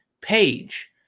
page